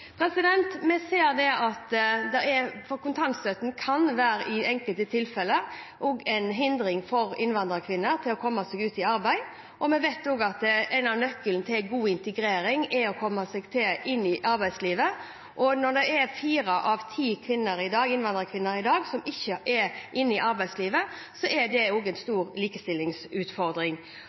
i enkelte tilfeller kan være til hinder for innvandrerkvinner med tanke på å komme seg ut i arbeid. Vi vet også at en av nøklene til god integrering er å komme seg inn i arbeidslivet. Når fire av ti innvandrerkvinner i dag ikke er i arbeidslivet, er det en stor likestillingsutfordring